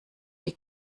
die